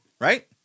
Right